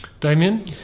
Damien